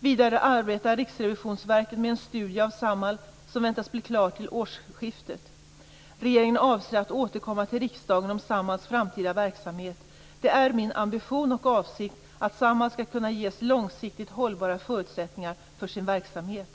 Vidare arbetar Riksrevisionsverket med en studie av Samhall som väntas bli klar till årsskiftet. Regeringen avser att återkomma till riksdagen om Samhalls framtida verksamhet. Det är min ambition och avsikt att Samhall skall kunna ges långsiktigt hållbara förutsättningar för sin verksamhet.